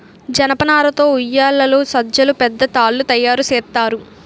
జనపనార తో ఉయ్యేలలు సజ్జలు పెద్ద తాళ్లు తయేరు సేత్తారు